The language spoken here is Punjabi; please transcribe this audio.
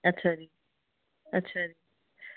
ਅੱਛਾ ਜੀ ਅੱਛਾਆ ਜੀ